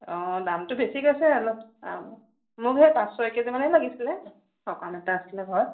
অঁ দামটো বেছি কৈছে অলপ অঁ মোক সেই পাঁচ ছয় কেজি মানে লাগিছিলে সকাম এটা আছিলে ঘৰত